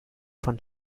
von